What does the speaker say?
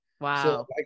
Wow